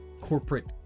corporate